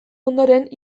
ondoren